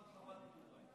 יש רב של חב"ד כבר?